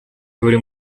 turi